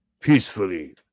peacefully